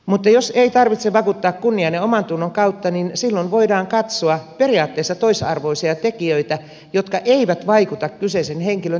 mutta jos ei tarvitse vakuuttaa kunnian ja omantunnon kautta niin silloin voidaan katsoa periaatteessa toisarvoisia tekijöitä jotka eivät vaikuta kyseisen henkilön terveydentilaan